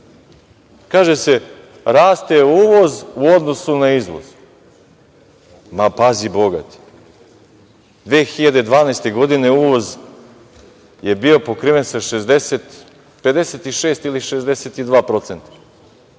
Kaže se - raste uvoz u odnosu na izvoz. Ma, pazi bogati. Godine 2012. je uvoz bio pokriven sa 56 ili 62%,